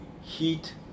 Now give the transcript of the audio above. heat